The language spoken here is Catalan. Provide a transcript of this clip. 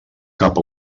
cap